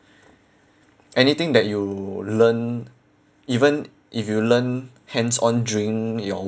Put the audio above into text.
anything that you learn even if you learn hands-on during your